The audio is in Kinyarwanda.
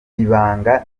ibanga